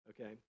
Okay